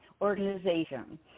organization